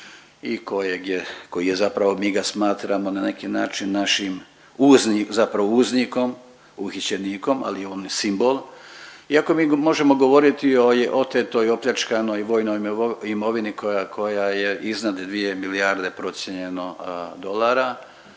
koji je zapravo mi ga smatramo na neki način našim uvozni… zapravo uznikom uhićenikom ali on je simbol iako mi možemo govoriti o otetoj, opljačkanoj vojnoj imovini koja je iznad 2 milijarde procijenjeno dolara